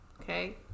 Okay